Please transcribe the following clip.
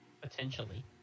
Potentially